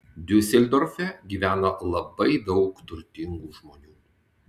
diuseldorfe gyvena labai daug turtingų žmonių